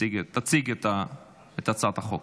תציג את הצעת החוק.